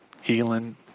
healing